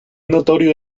notorio